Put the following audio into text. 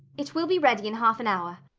it will be ready in half an hour.